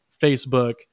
Facebook